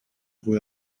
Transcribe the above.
wohl